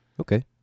Okay